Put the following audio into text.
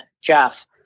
jeff